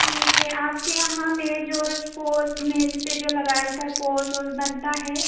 ठीक है आपके यहाँ मेज ओज पोज मेज पर जो लगाया जाता है पोज ओस बनता है